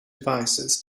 devices